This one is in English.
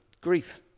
grief